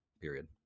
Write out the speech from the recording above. Period